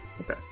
Okay